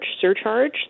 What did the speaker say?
surcharge